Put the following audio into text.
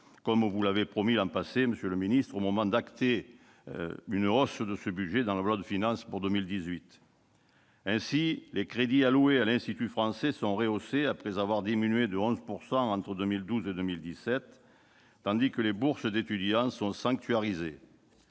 comme vous l'aviez promis l'an passé, monsieur le ministre, au moment d'acter une hausse de ce budget, dans la loi de finances pour 2018. Ainsi, les crédits alloués à l'Institut français sont rehaussés, après avoir diminué de 11 % entre 2012 et 2017, ... C'est artificiel !... tandis que les bourses d'étudiant sont sanctuarisées.